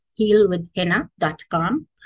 healwithhenna.com